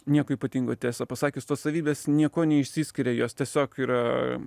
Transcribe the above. nieko ypatingo tiesą pasakius tos savybės niekuo neišsiskiria jos tiesiog yra